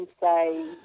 say